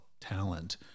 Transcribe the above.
talent